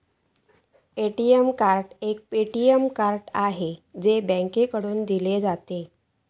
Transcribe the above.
ATM card एक payment card आसा, जा बँकेकडसून दिला जाता